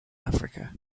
africa